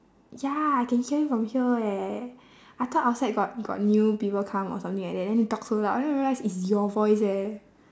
ya I can hear you from here eh I thought outside got got new people come or something like that then they talk so loud the I realise it's your voice eh